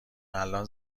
الان